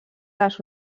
les